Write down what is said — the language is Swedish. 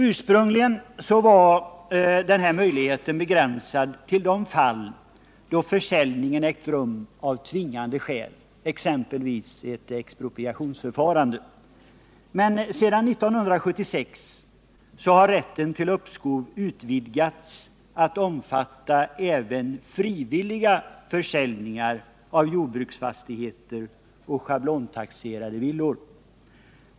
Ursprungligen var denna möjlighet begränsad till de fall då försäljning ägt rum av tvingande skäl, exempelvis vid ett expropriationsförfarande. Sedan 1976 har emellertid rätten till uppskov utvidgats till att omfatta även frivilliga försäljningar av jordbruksfastigheter och schablontaxerade villor.